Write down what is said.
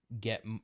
get